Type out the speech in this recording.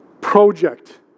project